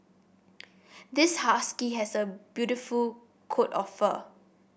this husky has a beautiful coat of fur